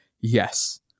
yes